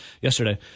yesterday